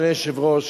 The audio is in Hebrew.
אדוני היושב-ראש,